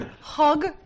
hug